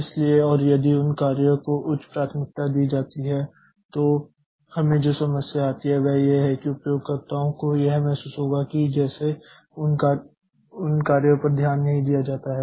इसलिए और यदि उन कार्य को उच्च प्राथमिकता दी जाती है तो हमें जो समस्या आती है वह यह है कि उपयोगकर्ताओं को यह महसूस होगा कि जैसे उन कार्य पर ध्यान नहीं दिया जाता है